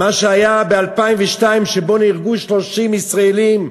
מה שהיה ב-2002, שנהרגו 30 ישראלים,